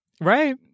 right